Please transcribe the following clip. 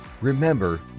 Remember